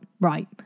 right